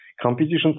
Competition